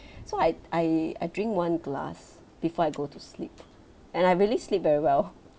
so I I I drink one glass before I go to sleep and I really sleep very well